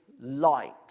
light